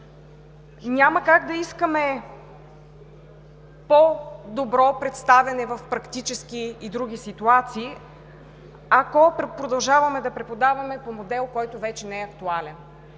и няма как да искаме по-добро представяне в практически и други ситуации, ако продължаваме да преподаваме по модел, който вече не е актуален.